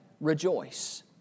rejoice